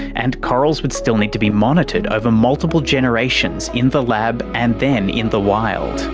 and corals would still need to be monitored over multiple generations in the lab and then in the wild.